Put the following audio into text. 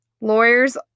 Lawyers